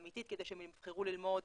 כדי שהם יבחרו ללמוד